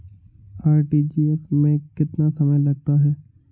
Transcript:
RTGS में कितना समय लगता है?